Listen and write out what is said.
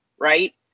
right